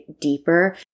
deeper